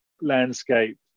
landscape